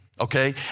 Okay